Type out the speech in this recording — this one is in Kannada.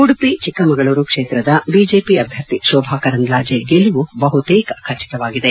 ಉಡುಪಿ ಚಿಕ್ಕಮಗಳೂರು ಕ್ಷೇತ್ರದ ಬಿಜೆಪಿ ಅಭ್ಯರ್ಥಿ ಶೋಭಾ ಕರಂದ್ಲಾಜೆ ಗೆಲುವು ಬಹುತೇಕ ಖಿಚಿತವಾಗಿದೆ